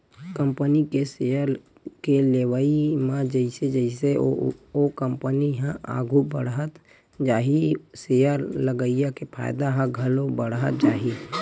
company के share के लेवई म जइसे जइसे ओ कंपनी ह आघू बड़हत जाही सेयर लगइया के फायदा ह घलो बड़हत जाही